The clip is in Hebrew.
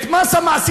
את מס המעסיקים,